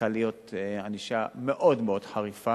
צריכה להיות ענישה מאוד חריפה,